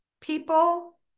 People